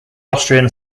austrian